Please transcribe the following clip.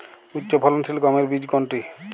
উচ্চফলনশীল গমের বীজ কোনটি?